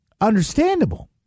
understandable